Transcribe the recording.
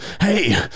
Hey